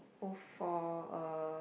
o four uh